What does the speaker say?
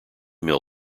mill